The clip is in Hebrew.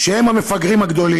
אני רוצה לומר שהם המפגרים הגדולים,